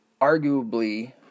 Arguably